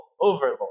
overlord